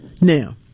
Now